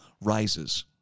rises